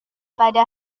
pada